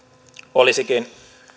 olisikin